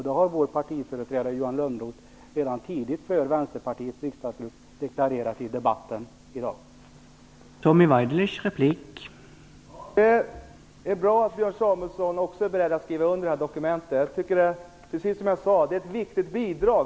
Det har vår partiföreträdare Johan Lönnroth redan tidigt i debatten i dag deklarerat för Vänsterpartiets riksdagsgrupp.